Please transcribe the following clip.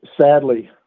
sadly